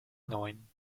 neun